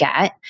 get